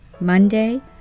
Monday